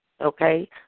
Okay